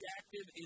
active